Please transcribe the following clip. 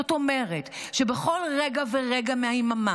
זאת אומרת שבכל רגע ורגע מהיממה